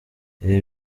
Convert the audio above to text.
ibi